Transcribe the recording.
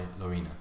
Lorena